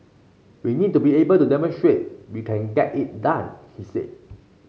we need to be able to demonstrate we can get it done he said